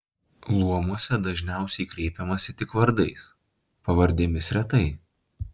luomuose dažniausiai kreipiamasi tik vardais pavardėmis retai